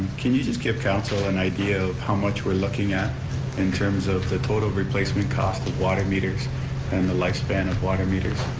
can you just give council an idea of how much we're looking at in terms of the total replacement cost of water meters and the lifespan of water meters?